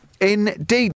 Indeed